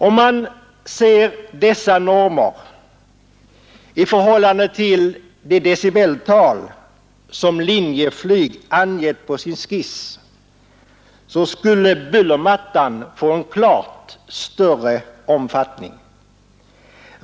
Om man ser dessa normer i förhållande till det decibeltal, som Linjeflyg angett på sin skiss, så skulle bullermattan få en klart större omfattning.